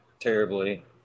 terribly